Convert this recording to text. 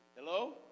Hello